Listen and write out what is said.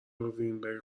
وینبرگ